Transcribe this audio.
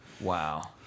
Wow